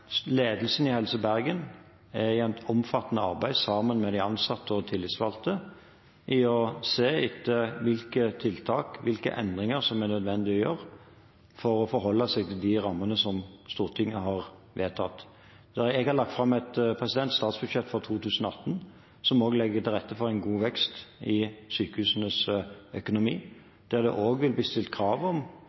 Ledelsen i Helse Bergen er i et omfattende arbeid sammen med de ansatte og tillitsvalgte i gang med å se etter hvilke tiltak, hvilke endringer som er nødvendig å gjøre for å forholde seg til de rammene som Stortinget har vedtatt. Jeg har lagt fram et statsbudsjett for 2018 som også legger til rette for en god vekst i sykehusenes økonomi, der det også vil bli stilt krav om